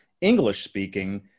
English-speaking